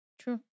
True